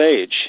age